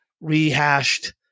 rehashed